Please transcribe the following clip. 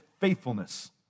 faithfulness